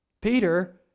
Peter